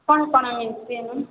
କ'ଣ କ'ଣ ଅଛି ଏନୁ